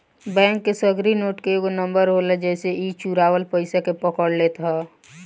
bank के सगरी note के एगो नंबर होला जेसे इ चुरावल पईसा के पकड़ लेत हअ